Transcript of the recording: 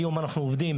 היום אנחנו עובדים